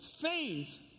faith